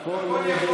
הכול, הכול.